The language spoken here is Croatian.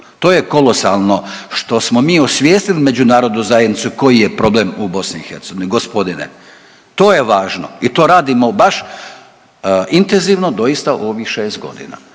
To je kolosalno što smo mi osvijestili međunarodnu zajednicu koji je problem u BiH gospodine. To je važno. I to radimo baš intenzivno doista u ovih 6 godina.